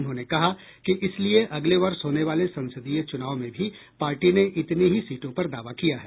उन्होंने कहा कि इसलिए अगले वर्ष होने वाले संसदीय चुनाव में भी पार्टी ने इतनी ही सीटों पर दावा किया है